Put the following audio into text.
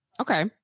Okay